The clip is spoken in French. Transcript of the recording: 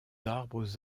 arbres